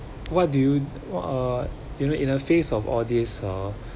what do you uh you know in a face of all this ah